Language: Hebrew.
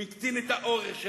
הוא הקטין את האורך.